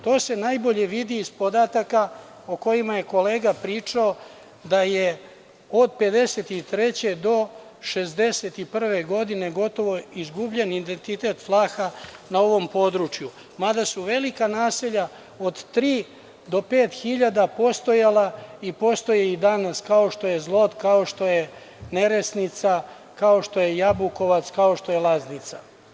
To se najbolje vidi iz podataka o kojima je kolega pričao, da je od 1953. do 1961. godine gotovo izgubljen identitet Vlaha na ovom području, mada su velika naselja od tri do pet hiljada postojala i postoje i danas, kao što je Zlot, kao što je Neresnica, kao što je Jabukovac, kao što je Laznica.